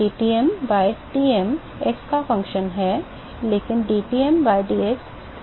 dTm by Tm x का एक function है लेकिन dTm by dx स्थिर है